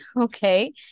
okay